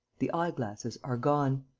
the eye-glasses are gone.